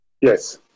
Yes